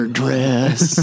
dress